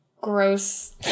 gross